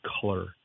color